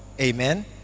Amen